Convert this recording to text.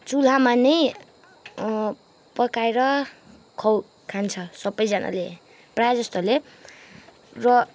चुलामा नै पकाएर खौ खान्छ सबैजनाले प्राय जस्तोले र